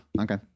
okay